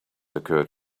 occured